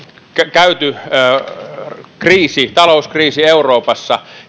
käyty talouskriisi euroopassa